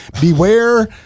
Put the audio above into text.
beware